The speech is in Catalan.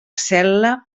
cel·la